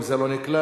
אם זה לא נקלט,